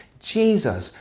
jesus,